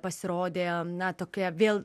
pasirodė na tokia vėl